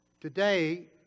Today